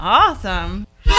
awesome